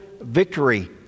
victory